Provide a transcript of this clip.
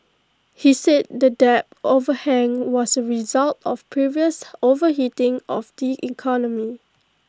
he said that debt overhang was A result of previous overheating of the economy